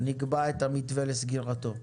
נקבע את המתווה לסגירתו.